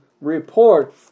report